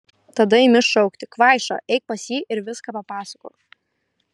tada imi šaukti kvaiša eik pas jį ir viską papasakok